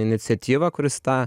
iniciatyva kuris tą